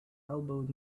elbowed